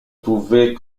pouvait